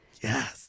Yes